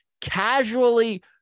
casually